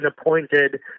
appointed